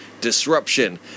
disruption